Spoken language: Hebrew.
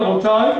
רבותי,